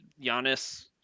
Giannis